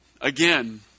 Again